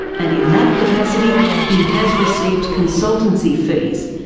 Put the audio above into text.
and in that capacity he has received consultancy fees.